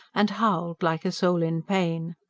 and howled like a soul in pain.